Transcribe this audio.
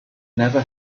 never